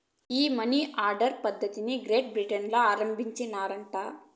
ఈ money order పద్ధతిది great Britain ల ఆరంబించినారట